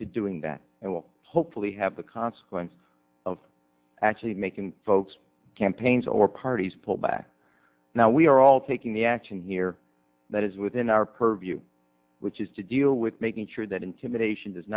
to doing that and will hopefully have the consequence of actually making folks campaigns or parties pull back now we are all taking the action here that is within our purview which is to deal with making sure that intimidation does